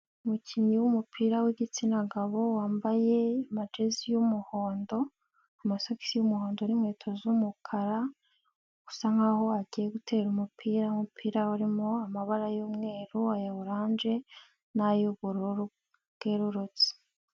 Umukinnyi w'umupira w'igitsina gabo wambaye amajezi y'umuhondo, amasogisi y'umuhondo n'inkweto z'umukara. Usa nkaho agiye gutera umupira. Umupira urimo amabara y'umweru aya orange nayo ubururu bwerurutse.